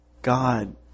God